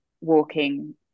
walking